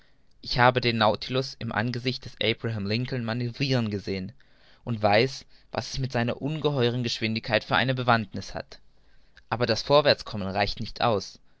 ich habe den nautilus im angesicht des abraham lincoln manövriren gesehen und weiß was es mit seiner geschwindigkeit für eine bewandtniß hat aber das vorwärtskommen reicht nicht aus